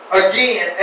again